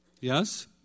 Yes